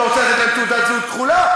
אתה רוצה לתת להם תעודת זהות כחולה?